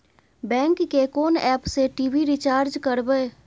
Bank के कोन app से टी.वी रिचार्ज करबे?